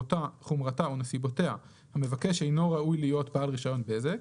חומרתה או נסיבותיה המבקש אינו ראוי להיות בעל רישיון בזק,